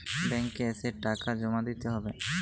Bank এ এসে টাকা জমা দিতে হবে?